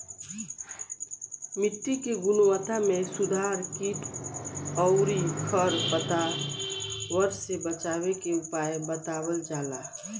मिट्टी के गुणवत्ता में सुधार कीट अउरी खर पतवार से बचावे के उपाय बतावल जाला